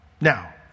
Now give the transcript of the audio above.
Now